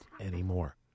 anymore